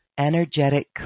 Energetic